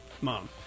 mom